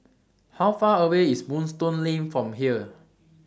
How Far away IS Moonstone Lane from here